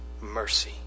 mercy